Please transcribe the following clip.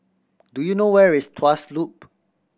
do you know where is Tuas Loop